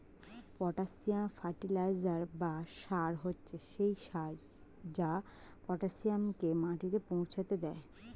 potassium fertiliser বা সার হচ্ছে সেই সার যা পটাসিয়ামকে মাটিতে পৌঁছাতে দেয়